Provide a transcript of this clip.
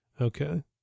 Okay